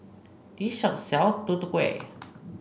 this shop sells Tutu Kueh